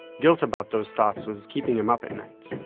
guilt about those thoughts was keeping him up at night.